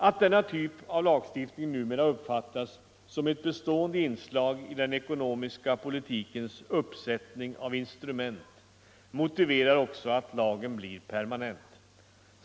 Att denna typ av lagstiftning numera uppfattas som ett bestående inslag i den ekonomiska politikens uppsättning av instrument motiverar också att lagen blir permanent.